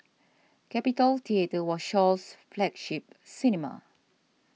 Capitol Theatre was Shaw's flagship cinema